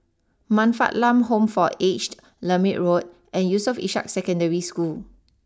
Man Fatt Lam Home for Aged Lermit Road and Yusof Ishak Secondary School